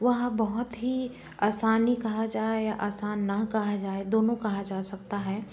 वह बहुत ही आसानी कहा जाए या आसान न कहाँ जाए दोनों कहाँ जा सकता है